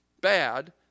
bad